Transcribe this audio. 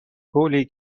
پولی